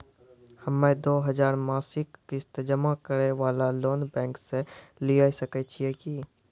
हम्मय दो हजार मासिक किस्त जमा करे वाला लोन बैंक से लिये सकय छियै की?